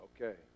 okay